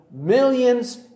millions